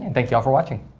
thank you all for watching.